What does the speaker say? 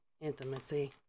intimacy